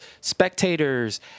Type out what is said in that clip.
spectators